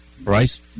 Bryce